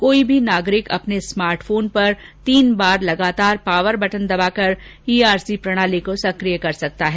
कोई भी नागरिक अपने स्मार्ट फोन पर तीन बार लगातार पावर बटन दबाकर ई आर सी प्रणाली को सक्रिय कर सकता है